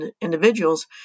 individuals